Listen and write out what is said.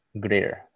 greater